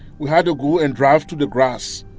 we had to go and drive through the grass.